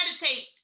meditate